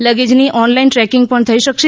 લગેજની online tracking પણ થઈ શકશે